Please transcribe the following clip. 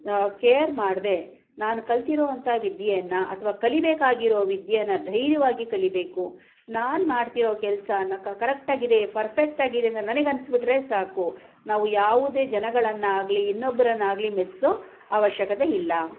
ನಾವು ಕೇರ್ ಮಾಡದೆ ನಾನು ಕಲ್ತಿರೋವಂಥ ವಿದ್ಯೆಯನ್ನು ಅಥವಾ ಕಲೀಬೇಕಾಗಿರೋ ವಿದ್ಯೆಯನ್ನು ಧೈರ್ಯವಾಗಿ ಕಲೀಬೇಕು ನಾನು ಮಾಡ್ತಿರೋ ಕೆಲಸ ನಕ ಕರೆಕ್ಟಾಗಿದೆ ಪರ್ಫೆಕ್ಟಾಗಿದೆ ಅಂತ ನನಗೆ ಅನ್ನಿಸ್ಬಿಟ್ರೆ ಸಾಕು ನಾವು ಯಾವುದೇ ಜನಗಳನ್ನಾಗಲಿ ಇನ್ನೊಬ್ರನ್ನಾಗಲಿ ಮೆಚ್ಚಿಸೋ ಅವಶ್ಯಕತೆ ಇಲ್ಲ